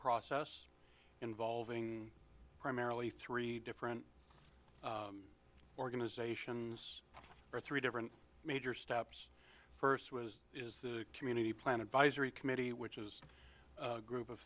process involving primarily three different organizations or three different major steps first was the community plan advisory committee which is a group of